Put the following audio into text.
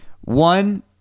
One